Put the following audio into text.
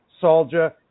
soldier